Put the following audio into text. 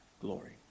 glory